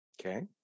Okay